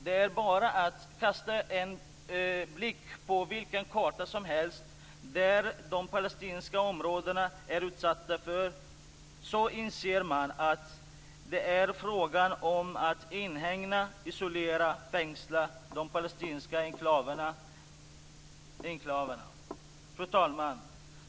Det är bara att kasta en blick på vilken karta som helst där de palestinska områdena är utsatta, så inser man att det är fråga om att inhägna, isolera och fängsla de palestinska enklaverna. Fru talman!